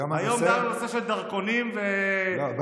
היום דנו בנושא של הדרכונים, איזה נושא?